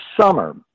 summer